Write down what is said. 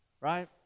Right